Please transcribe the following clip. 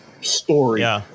story